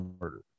murder